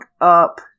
up